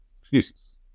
excuses